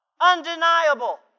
Undeniable